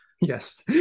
Yes